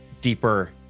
deeper